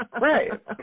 Right